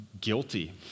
guilty